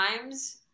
times